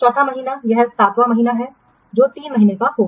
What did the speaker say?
तो चौथा महीना यह सातवाँ महीना है जो 3 महीने का होगा